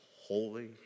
holy